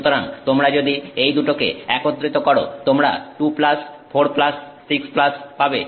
সুতরাং তোমরা যদি এই দুটোকে একত্রিত করো তোমরা 2 4 6 পাবে